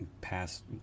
past